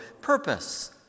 purpose